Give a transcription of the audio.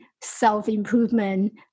self-improvement